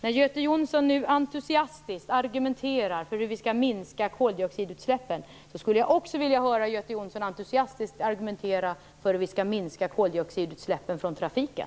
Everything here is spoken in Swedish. När Göte Jonsson nu entusiastiskt argumenterar för hur vi skall minska koldioxidutsläppen, skulle jag också vilja höra Göte Jonsson entusiastiskt argumentera för hur vi skall minska koldioxidutsläppen från trafiken.